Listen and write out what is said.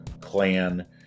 clan